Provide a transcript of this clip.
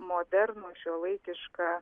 modernų šiuolaikišką